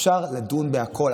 אפשר לדון בכול,